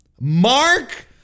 Mark